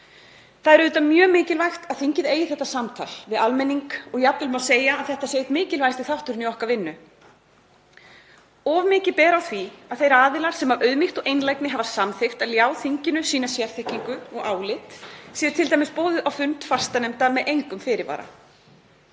Það er auðvitað mjög mikilvægt að þingið eigi þetta samtal við almenning og jafnvel má segja að þetta sé einn mikilvægasti þátturinn í okkar vinnu. Of mikið ber á því að þeir aðilar sem af auðmýkt og einlægni hafa samþykkt að ljá þinginu sína sérþekkingu og álit séu t.d. boðaðir á fund fastanefndar með engum fyrirvara.